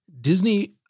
Disney